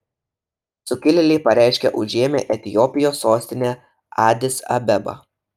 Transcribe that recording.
sukilėliai pareiškė užėmę etiopijos sostinę adis abebą